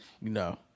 No